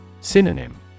Synonym